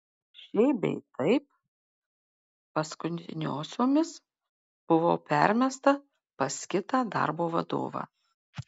šiaip bei taip paskutiniosiomis buvau permesta pas kitą darbo vadovą